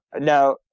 No